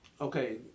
okay